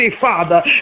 Father